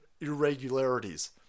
irregularities